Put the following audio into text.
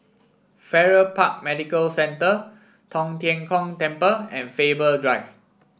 Farrer Park Medical Centre Tong Tien Kung Temple and Faber Drive